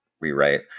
rewrite